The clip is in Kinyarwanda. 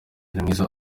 mwiza